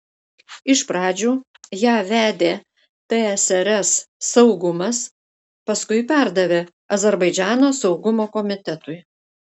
iš pradžių ją vedė tsrs saugumas paskui perdavė azerbaidžano saugumo komitetui